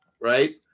right